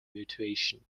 mutation